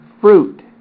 fruit